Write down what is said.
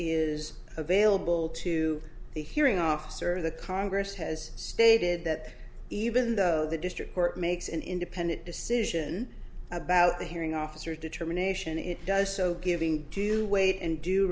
is available to the hearing officer the congress has stated that even though the district court makes an independent decision about a hearing officer determination it does so giving due weight and d